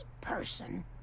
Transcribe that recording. person